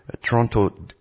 Toronto